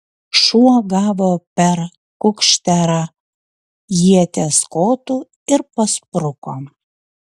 šuo gavo per kukšterą ieties kotu ir paspruko